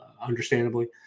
understandably